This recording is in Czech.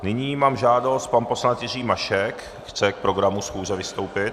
Nyní mám žádost, pan poslanec Jiří Mašek chce k programu schůze vystoupit.